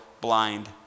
blind